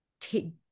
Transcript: take